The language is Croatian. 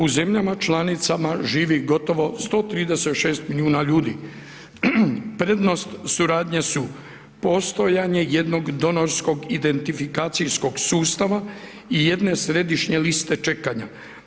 U zemljama članicama živi gotovo 136 milijuna ljudi, prednost suradnje su postojanje jednog donorskog identifikacijskog sustava i jedne središnje liste čekanja.